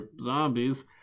zombies